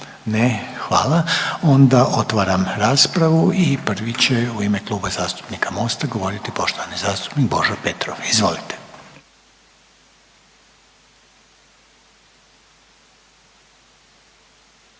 mjesto. Onda otvaram raspravu i prvi će u ime Kluba zastupnika MOST-a govoriti poštovani zastupnik Božo Petrov. Izvolite.